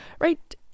Right